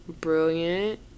brilliant